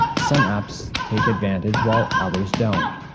some apps take advantage while others don't.